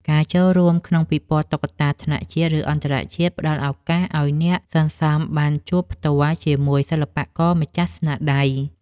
ការចូលរួមក្នុងពិព័រណ៍តុក្កតាថ្នាក់ជាតិ ឬអន្តរជាតិ ផ្ដល់ឱកាសឱ្យអ្នកសន្សំបានជួបផ្ទាល់ជាមួយសិល្បករម្ចាស់ស្នាដៃ។